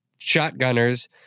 shotgunners